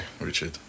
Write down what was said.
Richard